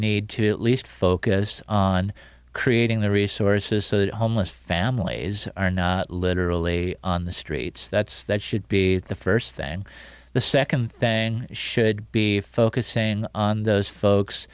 need to at least focus on creating the resources so that homeless families are not literally on the streets that's that should be the first thing the second thing should be focusing on those folks